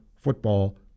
football